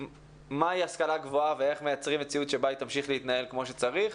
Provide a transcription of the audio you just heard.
מהי השכלה גבוהה ואיך מייצרים מציאות בה היא תמשיך להתנהל כמו שצריך.